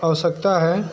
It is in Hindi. आवश्यकता है